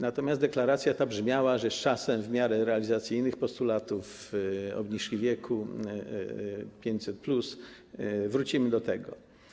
Natomiast deklaracja ta brzmiała tak, że czasem w miarę realizacji innych postulatów, obniżki wieku, 500+ wrócimy do tego.